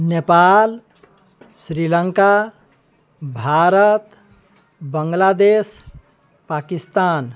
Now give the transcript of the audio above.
Nepal Sri Lanka Bharat Bangladesh Pakistan